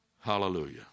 Hallelujah